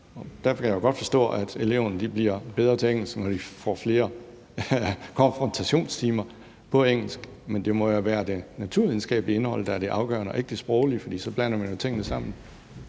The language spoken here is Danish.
Jeg kan godt forstå, at eleverne bliver bedre til engelsk, når de får flere konfrontationstimer på engelsk, men det må være det naturvidenskabelige indhold, der er det afgørende, og ikke det sproglige. Ellers blander man jo tingene sammen.